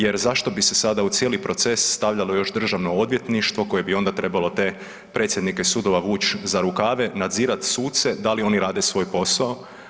Jer zašto bi se sad u cijeli proces stavljalo još Državno odvjetništvo koje bi onda trebalo te predsjednike sudova vući za rukave, nadzirat suce da li oni rade svoj posao.